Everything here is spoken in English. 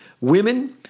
Women